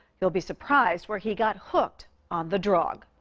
you'll be surprised where he got hooked on the drug.